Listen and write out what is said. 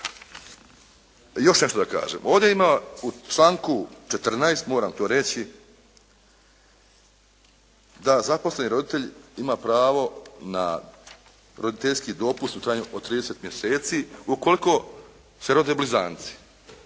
Još nešto da kažem. Ovdje ima u članku 14., moram to reći da zaposleni roditelj ima pravo na roditeljski dopust u trajanju od 30 mjeseci ukoliko se rode blizanci.